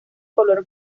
color